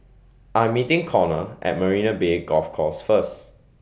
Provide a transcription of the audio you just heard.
I Am meeting Connor At Marina Bay Golf Course First